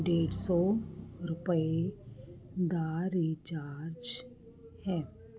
ਡੇਢ ਸੌ ਰੁਪਏ ਦਾ ਰਿਚਾਰਜ ਹੈ